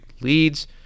leads